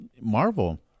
marvel